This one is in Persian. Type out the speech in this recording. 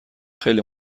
خیلی